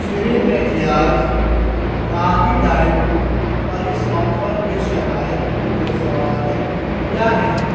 شری میتھیاز راگی ڈائیٹ پر اس آفر کے شرائط و ضوابط کیا ہیں